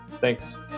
Thanks